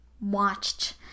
watched